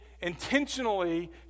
intentionally